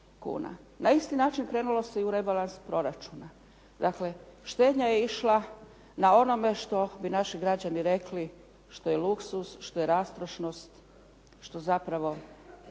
Na isti način krenulo se i u rebalans proračuna. Dakle, štednja je išla na onome što bi naši građani rekli što je luksuz, što je rastrošnost, što zapravo